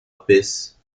bis